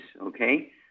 okay